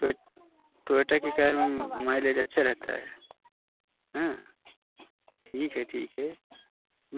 toy Toyota की car में mileage अच्छा रहता है ठीक है ठीक है